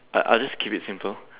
I'll I'll just keep it simple